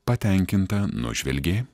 patenkinta nužvelgė